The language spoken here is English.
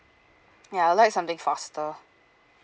ya I'd like something faster